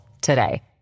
today